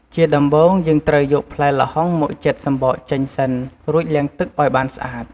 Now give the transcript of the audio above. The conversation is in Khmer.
ជាដំបូង យើងត្រូវយកផ្លែល្ហុងមកចិតសំបកចេញសិន រួចលាងទឹកឱ្យបានស្អាត។